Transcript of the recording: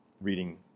reading